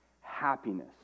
happiness